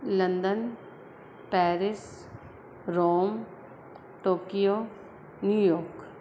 London Paris Rome Tokyo New York